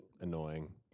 annoying